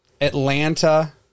Atlanta